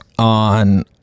On